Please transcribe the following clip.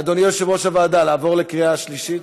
אדוני יושב-ראש הוועדה, לעבור לקריאה שלישית?